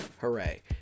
hooray